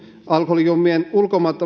alkoholijuomien ulkomailta